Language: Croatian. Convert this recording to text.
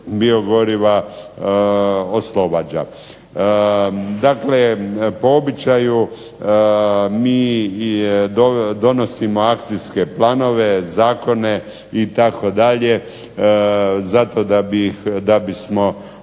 biogoriva oslobađa. Dakle, po običaju mi donosimo akcijske planove, zakone itd. zato da bismo